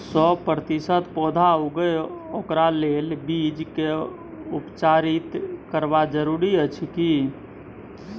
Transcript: सौ प्रतिसत पौधा उगे ओकरा लेल बीज के उपचारित करबा जरूरी अछि की?